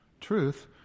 truth